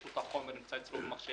יש לו החומר במחשב.